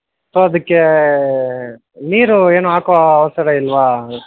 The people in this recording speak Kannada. ಸೊ ಅದಕ್ಕೆ ನೀರು ಏನು ಹಾಕೋ ಅವಶ್ಯಕತೆ ಇಲ್ವಾ